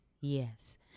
yes